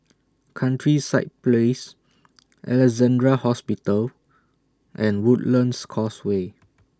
Countryside Place Alexandra Hospital and Woodlands Causeway